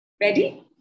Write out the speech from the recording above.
Ready